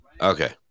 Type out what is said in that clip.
Okay